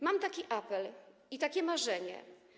Mam taki apel i takie marzenie.